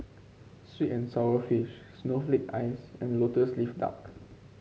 sweet and sour fish Snowflake Ice and lotus leaf duck